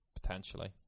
Potentially